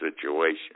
situation